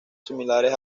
similares